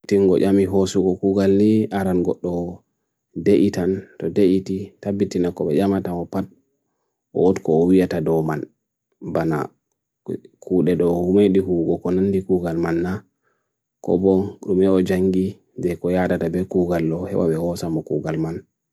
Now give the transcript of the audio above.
Tingo yami hosu gukugalli aran gukdo deitan ro deiti, tabiti na koba yama tam opat, oot ko wieta do man, bana kuude do humedihu gukonan di kugal man na, koba krumia o jangi de ko yada tabi kugal lo hewabi hosam gukugal man.